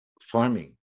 farming